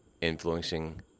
influencing